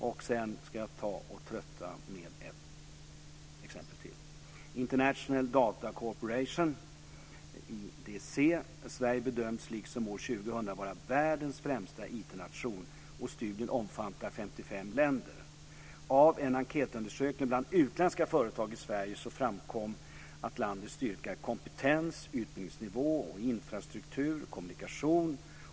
Jag ska trötta er med ett exempel till: International Data Corporation, IDC, bedömer att Sverige liksom under år 2000 är världens främsta IT-nation. Studien omfattar 55 länder. Av en enkätundersökning bland utländska företag i Sverige framkom att landets styrka är kompetens, utbildningsnivå, infrastruktur och kommunikation.